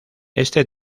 este